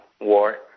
war